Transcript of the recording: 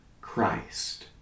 Christ